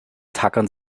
tackern